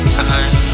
time